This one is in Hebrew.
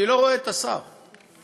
אני לא רואה את השר, חבל.